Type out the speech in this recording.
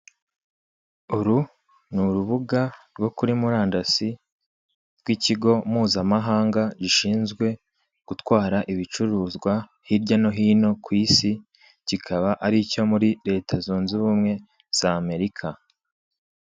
Uru ni urubuga rwo kuri Murandasi rw'ikigo mpuzamahanga gishinzwe gutwara ibicuruzwa hirya no hino ku Isi, kikaba ari icyo muri Leta zunze ubumwe z' Amerika.